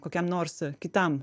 kokiam nors kitam